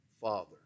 Father